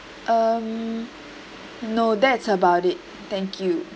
mm no that's about it thank you